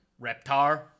Reptar